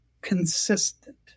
consistent